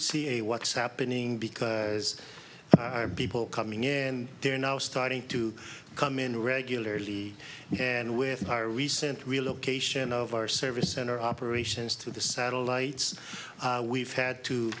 see a what's happening because as people coming in and they're now starting to come in regularly and with our recent relocation of our service and our operations to the satellites we've had t